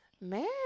man